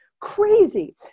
Crazy